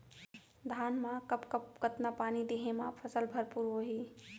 धान मा कब कब कतका पानी देहे मा फसल भरपूर होही?